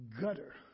gutter